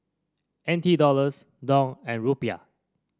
N T Dollars Dong and Rupiah